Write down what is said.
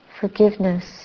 forgiveness